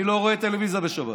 אני לא רואה טלוויזיה בשבת,